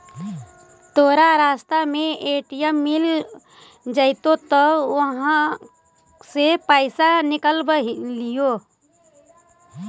तोरा रास्ता में ए.टी.एम मिलऽ जतउ त उहाँ से पइसा निकलव लिहे